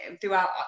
throughout